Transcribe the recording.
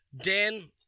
Dan